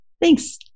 Thanks